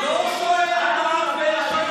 זה לא יכול להיות מה שקורה שם.